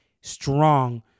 strong